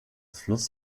fluss